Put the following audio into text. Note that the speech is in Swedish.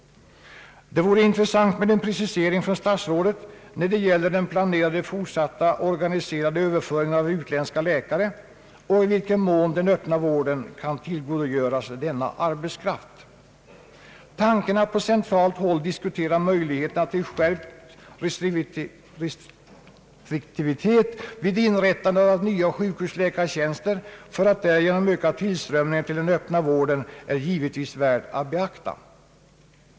Det vore intressant med en precisering från statsrådet när det gäller den planerade fortsatta organiserade överföringen av utländska läkare och i vilken mån den öppna vården kan tillgodogöras denna arbetskraft. Tanken att på centralt håll diskutera möjligheterna till skärpt restriktivitet vid inrättande av nya sjukhusläkartjänster för att därigenom öka tillströmningen till den öppna vården är givetvis värd att beakta.